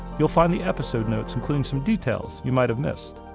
you'll find the episode notes including some details you might have missed.